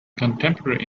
contemporary